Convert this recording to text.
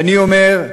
ואני אומר: